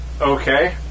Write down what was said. Okay